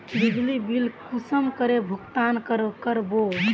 बिजली बिल कुंसम करे भुगतान कर बो?